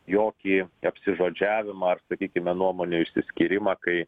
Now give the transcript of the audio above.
jokį apsižodžiavimą ar sakykime nuomonių išsiskyrimą kai